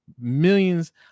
Millions